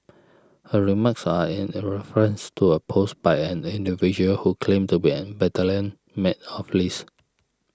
her remarks are in a reference to a post by an individual who claimed to be a battalion mate of Lee's